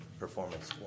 Performance